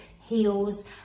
heels